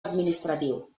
administratiu